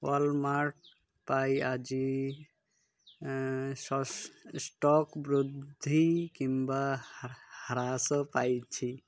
Walmart ପାଇ ଆଜି stock ବୃଦ୍ଧି କିମ୍ବା ହ୍ରାସ ପାଇଛି